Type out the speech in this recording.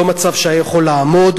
לא מצב שהיה יכול לעמוד.